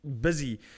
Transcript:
busy